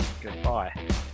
goodbye